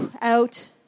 out